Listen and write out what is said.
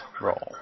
roll